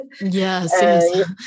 yes